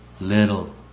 Little